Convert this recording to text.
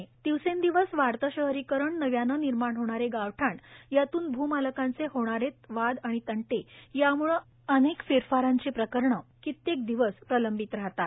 GIS सर्वेक्षण दिवसेंदिवस वाढते शहरीकरण नव्याने निर्माण होणारे गावठाण यातून भूमालकांचे होणारे वाद तंटे यामुळे अनेक फेरफारांची प्रकरणे कित्येक दिवस प्रलंबित राहतात